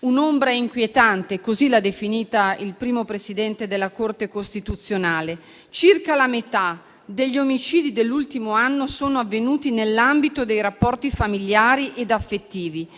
un'ombra inquietante (così l'ha definita il primo Presidente della Corte di cassazione): circa la metà degli omicidi dell'ultimo anno sono avvenuti nell'ambito dei rapporti familiari ed affettivi